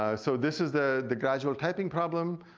ah so this is the the gradual typing problem.